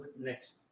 next